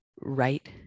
right